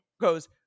goes